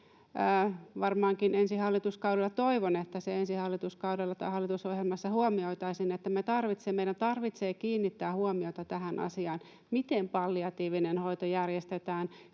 toivon, että ensi hallituskaudella — tai hallitusohjelmassa huomioitaisiin se, että meidän tarvitsee kiinnittää huomiota tähän asiaan, miten palliatiivinen hoito järjestetään,